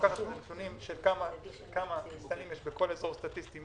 לקבל נתונים על כמה מסתננים יש בכל אזור סטטיסטי.